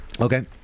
Okay